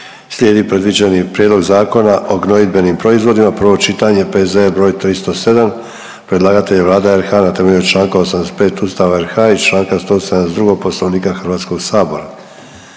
Slijedi predviđeni: - Prijedlog Zakona o gnojidbenim proizvodima, prvo čitanje, P.Z.E. br. 307; Predlagatelj je Vlada RH na temelju čl. 85 Ustava RH i čl. 172. Poslovnika Hrvatskoga sabora.